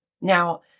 Now